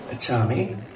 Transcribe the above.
Tommy